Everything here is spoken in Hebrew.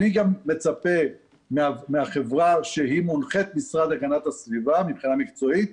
אני גם מצפה מהחברה שהיא מונחית המשרד להגנת הסביבה מבחינה מקצועית,